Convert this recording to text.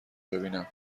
ببینم